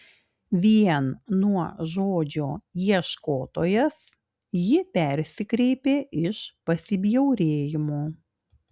vien nuo žodžio ieškotojas ji persikreipė iš pasibjaurėjimo